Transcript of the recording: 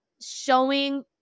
showing